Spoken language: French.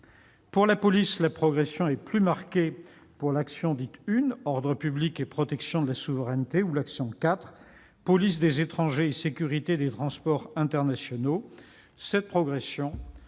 Pour la police, la progression est plus marquée pour l'action n° 01, Ordre public et protection de la souveraineté, et l'action n° 04, Police des étrangers et sûreté des transports internationaux. Cette progression